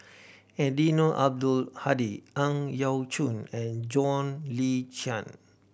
Eddino Abdul Hadi Ang Yau Choon and John Le Cain